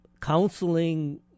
counseling